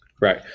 Right